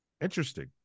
Interesting